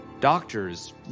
Doctors